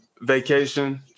vacation